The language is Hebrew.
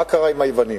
מה קרה עם היוונים,